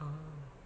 oh